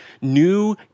new